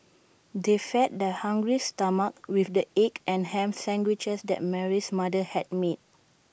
they fed their hungry stomachs with the egg and Ham Sandwiches that Mary's mother had made